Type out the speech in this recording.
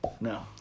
No